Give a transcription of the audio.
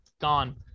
Gone